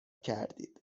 کردید